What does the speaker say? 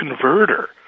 converter